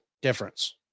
difference